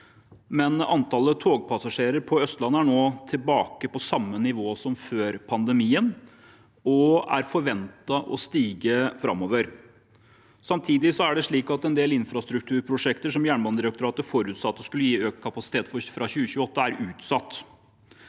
men antallet togpassasjerer på Østlandet er nå tilbake på samme nivå som før pandemien, og det er forventet å stige framover. Samtidig er det slik at en del infrastrukturprosjekter som Jernbanedirektoratet forutsatte skulle gi økt kapasitet fra 2028, er utsatt.